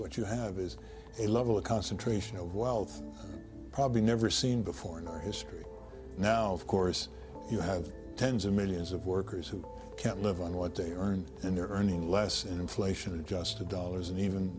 what you have is a level of concentration of wealth probably never seen before nor history now of course you have tens of millions of workers who can't live on what they earn and they're earning less than inflation adjusted dollars and even